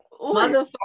motherfucker